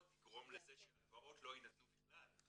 יגרום לזה שהלוואות לא יינתנו בכלל.